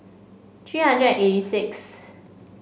three hundred and eighty sixth